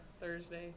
Thursday